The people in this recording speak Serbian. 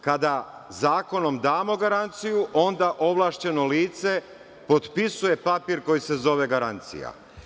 Kada zakonom damo garanciju, onda ovlašćeno lice potpisuje papir koji se zove garancija.